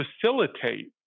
facilitate